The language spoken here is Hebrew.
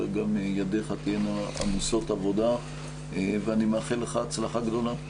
אלא גם ידייך תהיינה עמוסות הצלחה גדולה.